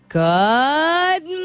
good